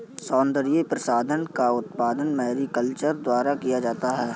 सौन्दर्य प्रसाधन का उत्पादन मैरीकल्चर द्वारा किया जाता है